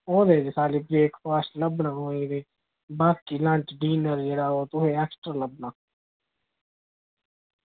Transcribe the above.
ओह् खाल्ली ब्रेकफॉस्ट लब्भना तुसेंगी बाकी ओह् जेह्ड़ा ओह् तुसेंगी एक्स्ट्रा लब्भना